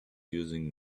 using